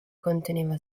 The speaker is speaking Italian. conteneva